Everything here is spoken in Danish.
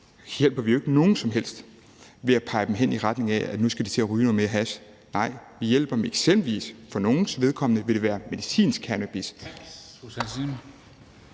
hjælper vi jo ikke nogen som helst ved at lede dem hen i retning af, at nu skal de til at ryge noget mere hash. Nej, vi hjælper dem, og det vil for nogens vedkommende eksempelvis være med medicinsk cannabis.